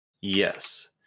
Yes